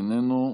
איננו,